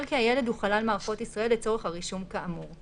כי הילד הוא חלל מערכות ישראל צורך הרישום כאמור,